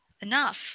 enough